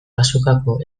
azokako